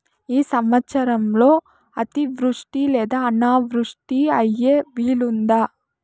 ఈ సంవత్సరంలో అతివృష్టి లేదా అనావృష్టి అయ్యే వీలుందా?